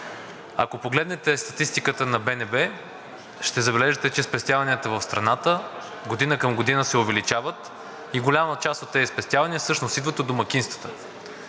Ако погледнете статистиката на БНБ, ще забележите, че спестяванията в страната година към година се увеличават и голяма част от тези спестявания идват от домакинствата,